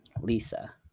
Lisa